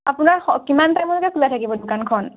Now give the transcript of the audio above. আপোনাৰ স কিমান টাইমলৈকে খোলা থাকিব দোকানখন